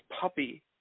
puppy